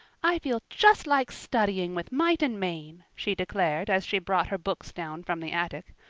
i feel just like studying with might and main, she declared as she brought her books down from the attic.